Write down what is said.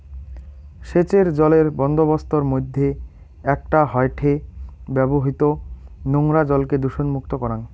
সেচের জলের বন্দোবস্তর মইধ্যে একটা হয়ঠে ব্যবহৃত নোংরা জলকে দূষণমুক্ত করাং